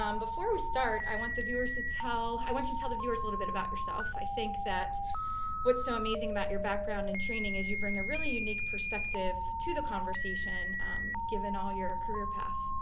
um before we start, i want the viewers to tell, i want you to tell the viewers a little bit about yourself. i think that what's so amazing about your background and training is you bring a really unique perspective to the conversation given all your career path.